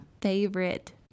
favorite